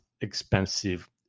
expensive